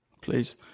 Please